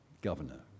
governor